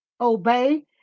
obey